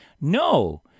No